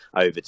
over